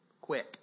Quick